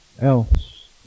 else